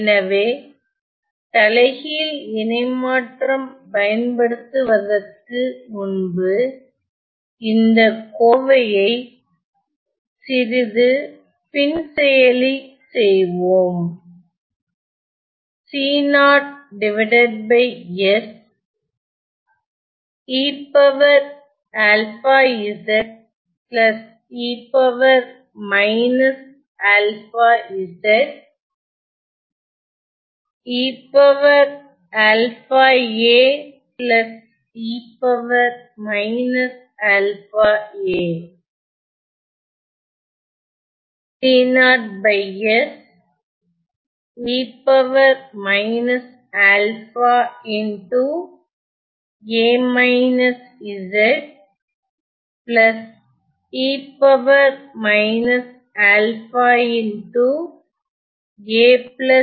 எனவே தலைகீழ் இணைமாற்றம் பயன்பதுதுவதற்கு முன்பு இந்த கோவையை சிறிது பின்செயலி செய்வோம்